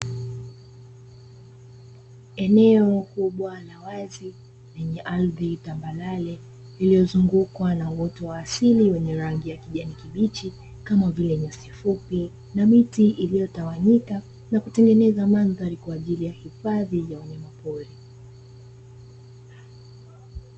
Eneo kubwa la wazi lenye ardhi tambarare lililozungukwa na uoto wa asili wenye rangi ya kijani kibichi, kama vile nyasi fupi na miti iliyotawanyika na kutengeneza mandhari kwa ajili ya hifadhi ya wanyamapori.